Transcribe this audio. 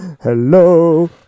Hello